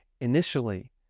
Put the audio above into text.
initially